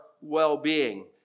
well-being